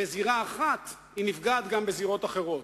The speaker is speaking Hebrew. בזירה אחת, היא נפגעת גם בזירות אחרות.